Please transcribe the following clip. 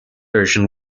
version